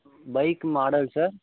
bike model sir